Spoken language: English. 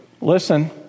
listen